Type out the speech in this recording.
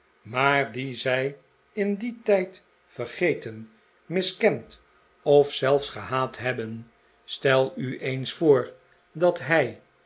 maar die zij in dien tijd vergeten miskend of zelfs gehaat hebben stel u eens voor dat hij